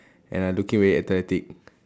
and I looking very athletic